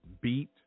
beat